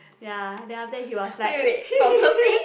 ya then after that he was like